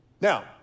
Now